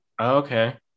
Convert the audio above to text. okay